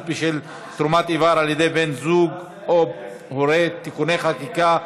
בשל תרומת איבר על ידי בן זוג או הורה) (תיקוני חקיקה),